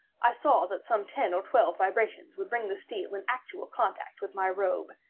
i saw that some ten or twelve vibrations would bring the steel in actual contact with my robe,